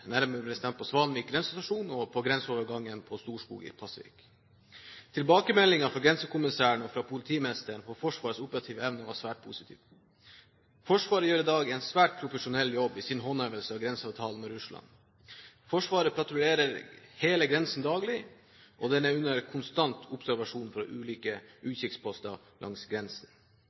nærmere bestemt på Svanvik grensestasjon og på grenseovergangen på Storskog i Pasvik. Tilbakemeldingene fra grensekommissæren og fra politimesteren på Forsvarets operative evne var svært positive. Forsvaret gjør i dag en svært profesjonell jobb i sin håndhevelse av grenseavtalen med Russland. Forsvaret patruljerer hele grensen daglig, og den er under konstant observasjon fra ulike utkikksposter langs grensen.